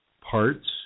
parts